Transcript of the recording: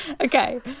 Okay